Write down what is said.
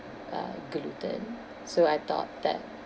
uh gluten so I thought that